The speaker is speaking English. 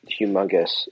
humongous